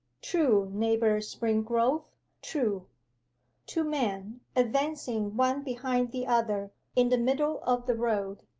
true, neighbour springrove true two men, advancing one behind the other in the middle of the road,